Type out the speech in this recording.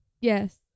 yes